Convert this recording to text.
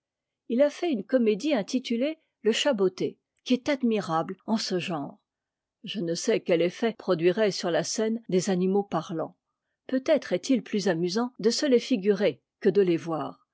lieu a fait une comédie intitulée le caa botté qui est admirable en ce genre je ne sais quel effet produiraient sur la scène des animaux parlants peut-être est-il plus amusant de se les figurer que de les voir